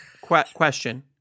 question